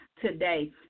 today